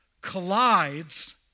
collides